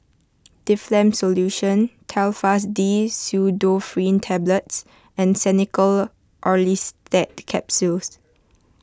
Difflam Solution Telfast D Pseudoephrine Tablets and Xenical Orlistat Capsules